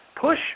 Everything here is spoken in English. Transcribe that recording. Push